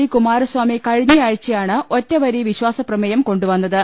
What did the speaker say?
D Kumaraswamy കഴിഞ്ഞയാഴ്ചയാണ് ഒറ്റവരി വിശ്വാസപ്രമേയം കൊണ്ടുവന്നത്